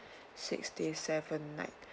six day seven night